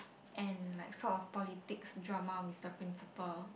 and like sort of politic drama with the principal